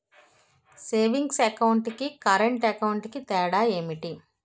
Savings account కి current account కి తేడా ఏమిటి?